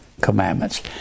commandments